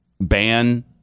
ban